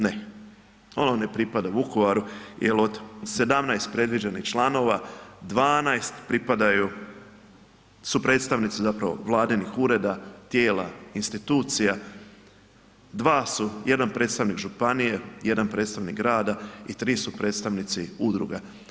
Ne, ono ne pripada Vukovaru jel od 17 predviđenih članova 12 pripadaju su predstavnici vladinih ureda, tijela, institucija, 1 predstavnik županije, 1 predstavnik grada i 3 su predstavnici udruga.